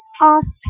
asked